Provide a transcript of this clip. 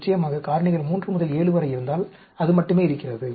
நிச்சயமாக காரணிகள் 3 முதல் 7 வரை இருந்தால் அது மட்டுமே இருக்கிறது